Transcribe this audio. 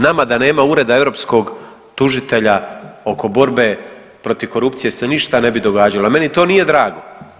Nama da nema Ureda europskog tužitelja oko borbe protiv korupcije se ništa ne bi događalo, a meni to nije drago.